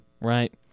right